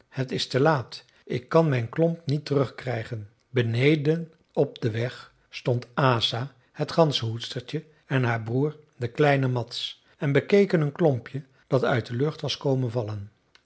het is te laat ik kan mijn klomp niet terug krijgen beneden op den weg stond asa het ganzenhoedstertje en haar broer de kleine mads en bekeken een klompje dat uit de lucht was komen vallen